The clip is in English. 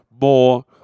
more